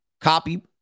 Copy